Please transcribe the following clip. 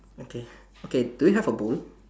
okay okay do you have a bowl